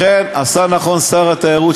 לכן עשה נכון שר התיירות,